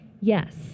Yes